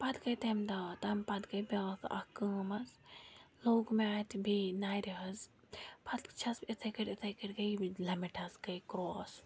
پَتہٕ گٔے تَمہِ دۄہ تَمہِ پَتہٕ گٔے بیٛاکھ اَکھ کٲم حظ لوٚگ مےٚ اَتہِ بیٚیہِ نَرِ حظ پَتہٕ چھَس بہٕ یِتھَے کٲٹھۍ یِتھَے کٲٹھۍ گٔے لِمِٹ حظ گٔے کرٛاس